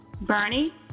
Bernie